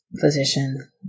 physician